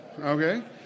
Okay